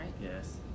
Yes